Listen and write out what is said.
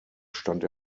stand